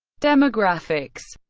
demographics